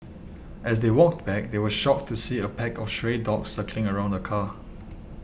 as they walked back they were shocked to see a pack of stray dogs circling around the car